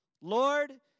Lord